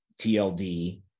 TLD